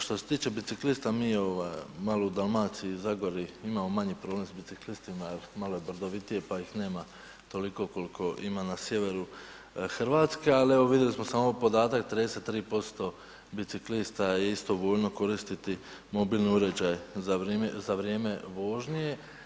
Što se tiče biciklista, mi ovaj malo u Dalmaciji i Zagori imamo manji problem s biciklistima, jer malo je brdovitije pa ih nema toliko kol'ko ima na sjeveru Hrvatske, ali evo vidjeli smo samo podatak 33% biciklista je isto voljno koristiti mobilni uređaj za vrijeme vožnje.